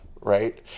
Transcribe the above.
right